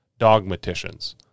dogmaticians